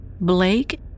Blake